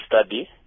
study